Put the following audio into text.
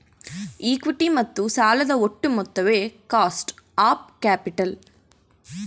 equity ಮತ್ತು ಸಾಲದ ಒಟ್ಟು ಮೊತ್ತವೇ ಕಾಸ್ಟ್ ಆಫ್ ಕ್ಯಾಪಿಟಲ್